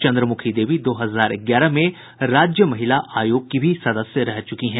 चन्द्रमुखी देवी दो हजार ग्यारह में राज्य महिला आयोग की भी सदस्य रह चूकी हैं